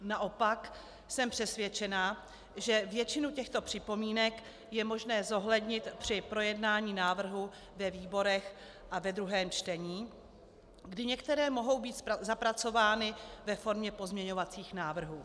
Naopak jsem přesvědčena, že většinu těchto připomínek je možné zohlednit při projednání návrhu ve výborech a ve druhém čtení, kdy některé mohou být zapracovány ve formě pozměňovacích návrhů.